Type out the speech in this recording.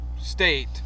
state